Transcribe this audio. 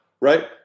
right